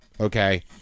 okay